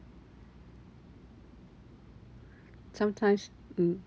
sometimes mm